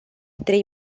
trei